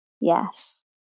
Yes